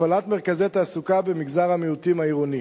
הפעלת מרכזי תעסוקה במגזר המיעוטים העירוני.